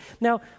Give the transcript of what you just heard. Now